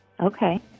Okay